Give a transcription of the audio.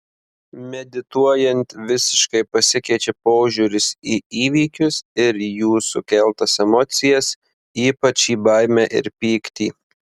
medituojant visiškai pasikeičia požiūris į įvykius ir jų sukeltas emocijas ypač į baimę ir pyktį